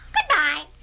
Goodbye